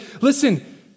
listen